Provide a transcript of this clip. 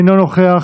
אינו נוכח,